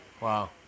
Wow